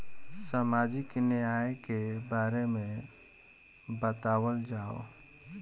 सामाजिक न्याय के बारे में बतावल जाव?